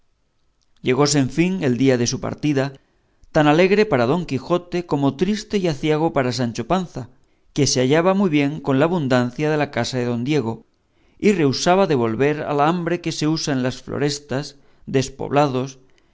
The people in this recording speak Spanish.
llegóse en fin el día de su partida tan alegre para don quijote como triste y aciago para sancho panza que se hallaba muy bien con la abundancia de la casa de don diego y rehusaba de volver a la hambre que se usa en las florestas despoblados